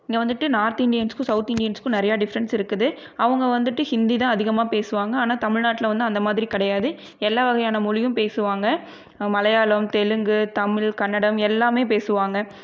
இங்கே வந்துட்டு நார்த் இண்டியன்ஸுக்கும் சவுத் இண்டியன்ஸுக்கும் நிறையா டிஃப்ரென்ஸ் இருக்குது அவங்க வந்துட்டு ஹிந்திதான் அதிகமாக பேசுவாங்கல் ஆனால் தமிழ்நாட்டில் வந்து அந்த மாதிரி கிடையாது எல்லா வகையான மொழியும் பேசுவாங்கள் மலையாளம் தெலுங்கு தமிழ் கன்னடம் எல்லாமே பேசுவாங்கள்